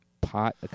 Pot